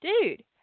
dude